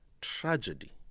tragedy